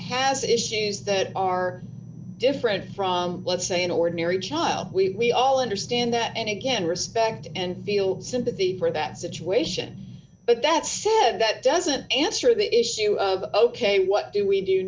has issues that are different from let's say an ordinary child we all understand that and again respect and feel sympathy for that situation but that that doesn't answer the issue of ok what do we do